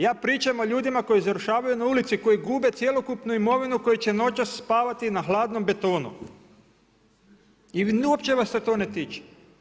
Ja pričam o ljudima koji završavaju na ulici, koji gube cjelokupnu imovinu koji će noćas spavati na hladnom betonu i uopće vas se to ne tiče.